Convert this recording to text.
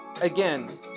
Again